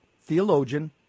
theologian